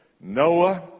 Noah